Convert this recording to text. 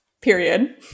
Period